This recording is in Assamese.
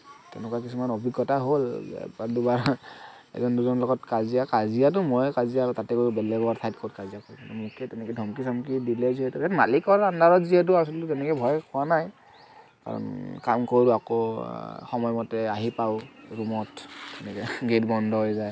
তেনেকুৱা কিছুমান অভিজ্ঞতা হ'ল এবাৰ দুবাৰ এজন দুজনৰ লগত কাজিয়া কাজিয়াটো মইয়ে কাজিয়া তাতে আৰু বেলেগৰ ঠাইত ক'ত কাজিয়া কৰিম মোকে তেনেকে ধমকি চমকি দিলে যিহেতু মালিকৰ আণ্ডাৰত যিহেতু আছিলোঁ তেনেকে ভয় খোৱা নাই কাম কৰোঁ আকৌ সময় মতে আহি পাওঁ ৰুমত এনেকে গেট বন্ধ হৈ যায়